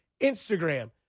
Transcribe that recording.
Instagram